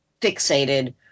fixated